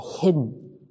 hidden